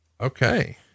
Okay